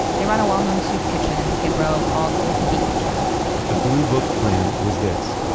they run a well-known soup kitchen in skid row called the hippie kitchen the blue book plan was this,